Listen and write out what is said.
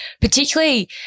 particularly